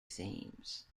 themes